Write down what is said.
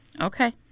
Okay